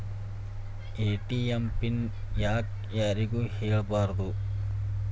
ATM PIN ಯಾಕ್ ಯಾರಿಗೂ ಹೇಳಬಾರದು?